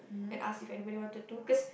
and ask if anybody wanted to because